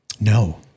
No